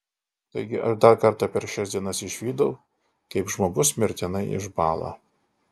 taigi aš dar kartą per šias dienas išvydau kaip žmogus mirtinai išbąla